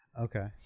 Okay